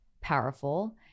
powerful